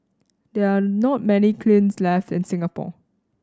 there are not many kilns left in Singapore